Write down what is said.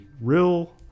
real